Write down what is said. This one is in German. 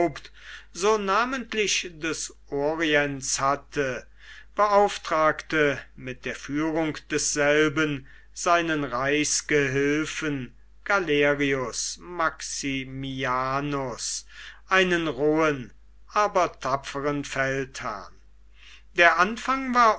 so namentlich des orients hatte beauftragte mit der führung desselben seinen reichsgehilfen galerius maximianus einen rohen aber tapferen feldherrn der anfang war